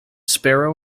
sparrow